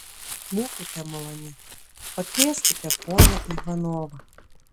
būkite maloni pakvieskite ponią ivanovą